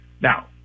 Now